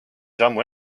sammu